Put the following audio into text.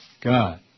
God